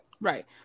right